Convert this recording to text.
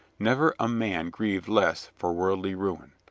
never a man grieved less for worldly ruin.